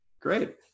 Great